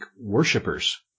worshippers